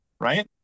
Right